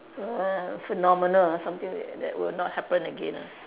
uh phenomena something that that will not happen again ah